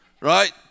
Right